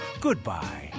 Goodbye